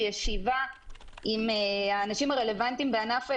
ישיבה עם האנשים הרלוונטיים בענף ההיסעים,